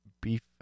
beef